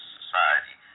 society